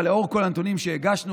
אבל לאור כל הנתונים שהגשנו,